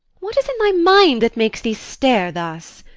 what is in thy mind that makes thee stare thus?